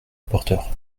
rapporteur